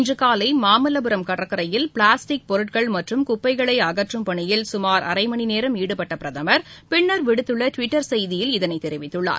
இன்றுகாலைமாமல்லபுரம் கடற்கரையில் பிளாஸ்டிக் பொருட்கள் மற்றும் குப்பகளைஅகற்றும் பணியில் சுமார் அரைமணிநேரம் ஈடுபட்டபிரதமர் பின்னர் விடுத்துள்ளடுவிட்டர் செய்தியில் இதனைத் தெரிவித்துள்ளார்